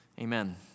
Amen